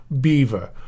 beaver